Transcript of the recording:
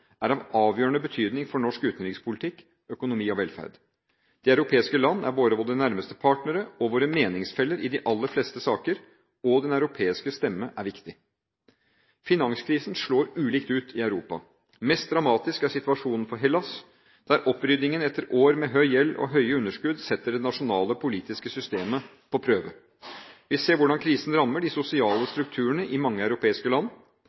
er av avgjørende betydning for norsk utenrikspolitikk, økonomi og velferd. De europeiske land er både våre nærmeste partnere og våre meningsfeller i de aller fleste saker – og den europeiske stemme er viktig. Finanskrisen slår ulikt ut i Europa. Mest dramatisk er situasjonen for Hellas, der oppryddingen etter år med høy gjeld og høye underskudd setter det nasjonale politiske systemet på prøve. Vi ser hvordan krisen rammer de sosiale strukturene i mange europeiske land.